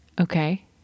Okay